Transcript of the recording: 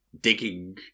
digging